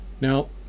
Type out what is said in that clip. Now